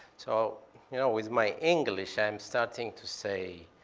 so you know with my english, i am starting to say,